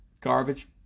garbage